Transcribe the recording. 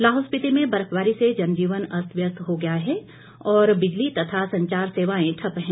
लाहौल स्पिति में बर्फबारी से जनजीवन अस्त व्यस्त हो गया है और बिजली तथा संचार सेवाएं ठप्प है